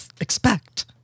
expect